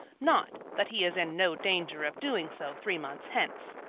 not that he is in no danger of doing so three months hence.